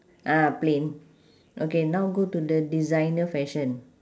ah plain okay now go to the designer fashion